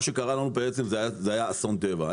מה שקרה לנו בעצם זה היה אסון טבע,